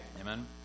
Amen